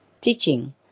teaching